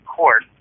court